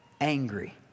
angry